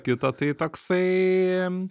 kita tai toksai